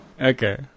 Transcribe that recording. Okay